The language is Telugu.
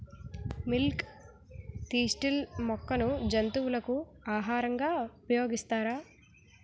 మిల్క్ తిస్టిల్ మొక్కను జంతువులకు ఆహారంగా ఉపయోగిస్తారా?